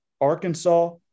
Arkansas